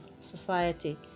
society